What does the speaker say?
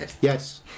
Yes